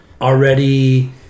already